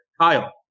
Kyle